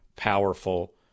powerful